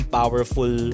powerful